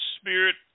spirit